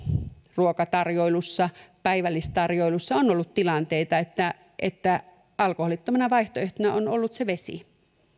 ruokatarjoilussa päivällistarjoilussa on ollut tilanteita että että alkoholittomana vaihtoehtona on ollut se vesi